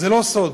זה לא סוד.